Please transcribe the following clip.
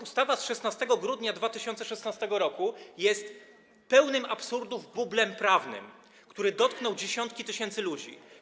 Ustawa z 16 grudnia 2016 r. jest pełnym absurdów bublem prawnym, który dotknął dziesiątki tysięcy ludzi.